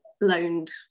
loaned